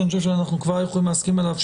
שאני חושב שאנחנו כבר יכולים להסכים עליו,